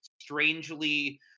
strangely